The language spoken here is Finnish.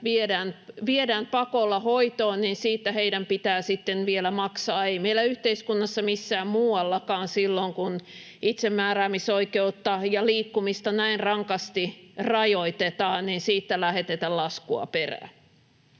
viedään pakolla hoitoon, niin siitä heidän pitää sitten vielä maksaa. Ei meillä yhteiskunnassa missään muuallakaan silloin kun itsemääräämisoikeutta ja liikkumista näin rankasti rajoitetaan, siitä lähetetä laskua perään.